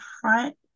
front